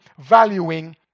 valuing